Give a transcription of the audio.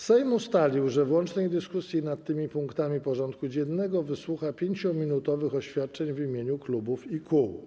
Sejm ustalił, że w łącznej dyskusji nad tymi punktami porządku dziennego wysłucha 5-minutowych oświadczeń w imieniu klubów i kół.